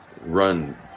run